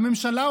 לממשלה,